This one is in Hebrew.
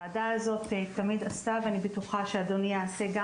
הוועדה הזאת תמיד עשתה ואני בטוחה שאדוני יעשה גם